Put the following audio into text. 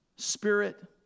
spirit